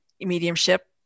mediumship